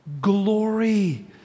Glory